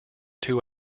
two